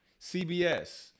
CBS